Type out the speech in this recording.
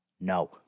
No